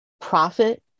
Profit